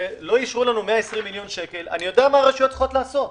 ולא אישרו לנו 120 מיליון שקלים אני יודע מה הרשויות צריכות לעשות,